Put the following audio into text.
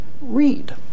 read